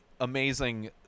amazing